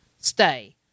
stay